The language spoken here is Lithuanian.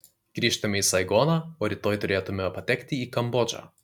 grįžtame į saigoną o rytoj turėtume patekti į kambodžą